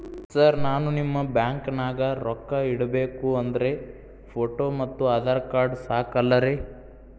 Sir ನಾನು ನಿಮ್ಮ ಬ್ಯಾಂಕನಾಗ ರೊಕ್ಕ ಇಡಬೇಕು ಅಂದ್ರೇ ಫೋಟೋ ಮತ್ತು ಆಧಾರ್ ಕಾರ್ಡ್ ಸಾಕ ಅಲ್ಲರೇ?